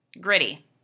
Gritty